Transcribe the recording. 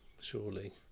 surely